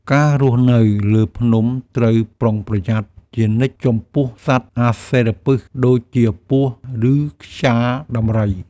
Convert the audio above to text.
ការរស់នៅលើភ្នំត្រូវប្រុងប្រយ័ត្នជានិច្ចចំពោះសត្វអាសិរពិសដូចជា ពស់ ឬខ្យាដំរី។